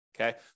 Okay